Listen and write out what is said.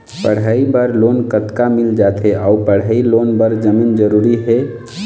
पढ़ई बर लोन कतका मिल जाथे अऊ पढ़ई लोन बर जमीन जरूरी हे?